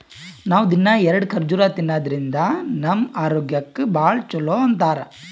ನಾವ್ ದಿನ್ನಾ ಎರಡ ಖರ್ಜುರ್ ತಿನ್ನಾದ್ರಿನ್ದ ನಮ್ ಆರೋಗ್ಯಕ್ ಭಾಳ್ ಛಲೋ ಅಂತಾರ್